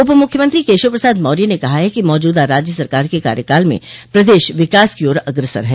उप मुख्यमंत्री केशव प्रसाद मौर्य ने कहा है कि मौजूदा राज्य सरकार के कार्यकाल में प्रदेश विकास की ओर अग्रसर है